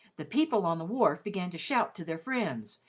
the people on the wharf began to shout to their friends,